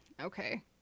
okay